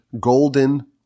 golden